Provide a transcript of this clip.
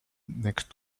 next